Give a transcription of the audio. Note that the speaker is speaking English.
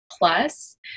Plus